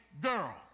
girl